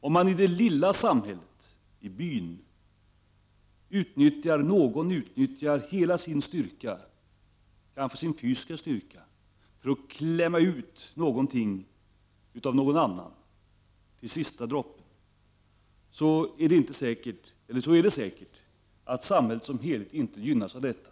Om någon i det lilla samhället, i byn, använder all sin styrka, kanske sin fysiska styrka för att klämma ut något av någon annan till sista droppen, är det säkert att samhället som helhet inte gynnas av detta.